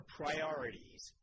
priorities